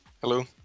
Hello